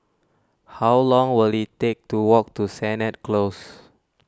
how long will it take to walk to Sennett Close